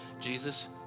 Jesus